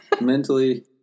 Mentally